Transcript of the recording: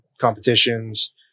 competitions